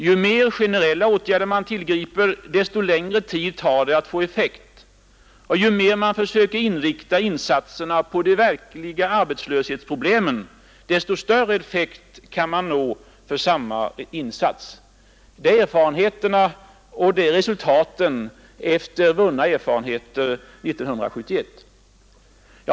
Ju mer generella åtgärder man tillgriper, desto längre tid tar det att få effekt. Ju mer man försöker inrikta insatserna på de verkliga arbetslöshetsproblemen, desto större effekt kan man nå med samma insats. Det är erfarenheterna och resultaten efter vunna erfarenhe ter 1971.